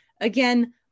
Again